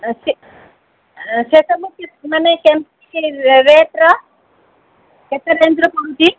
ମାନେ କେମିତି ରେଟ୍ର କେତେ ରେଞ୍ଜ୍ର ପଡ଼ୁଛି